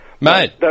Mate